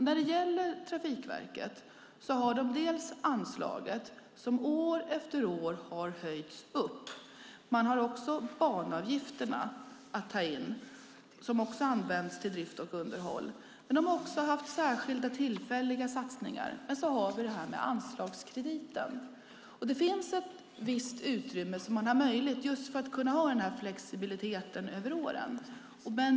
När det gäller Trafikverket har de dels anslaget, som år efter år har höjts. De har även banavgifterna att ta in, som också används till drift och underhåll. Det har dessutom funnits särskilda, tillfälliga satsningar. Sedan har vi detta med anslagskrediten. Det finns ett visst utrymme, just för att kunna ha flexibiliteten över åren.